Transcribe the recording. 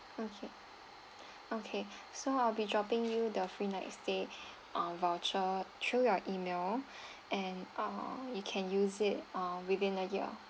okay okay so I'll be dropping you the free night stay ah voucher through your email and err you can use it ah within a year